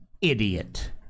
idiot